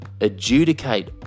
adjudicate